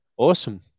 Awesome